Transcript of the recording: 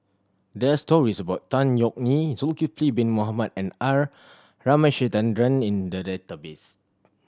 there are stories about Tan Yeok Nee Zulkifli Bin Mohamed and R Ramachandran in the database